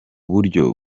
buryo